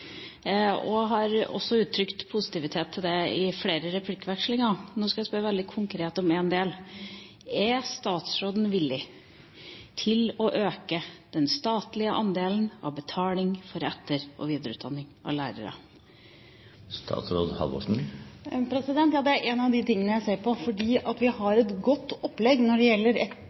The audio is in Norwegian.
og har også uttrykt positivitet til det i flere replikkvekslinger. Nå skal jeg spørre veldig konkret om én del: Er statsråden villig til å øke den statlige andelen av betaling for etter- og videreutdanning av lærere? Det er en av de tingene jeg ser på, fordi vi har et godt opplegg når det gjelder